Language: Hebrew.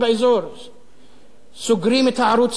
סוגרים את הערוץ מייד, עורפים את ראשם.